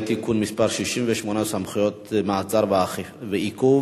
(תיקון מס' 68) (סמכויות מעצר ועיכוב),